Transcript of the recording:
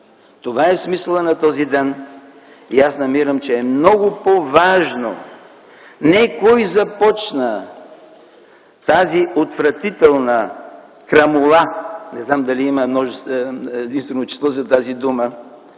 Това е смисълът на този ден и аз намирам, че е много по-важно не кой започна тази отвратителна крамола (не знам дали има единствено число за тази дума),